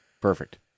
perfect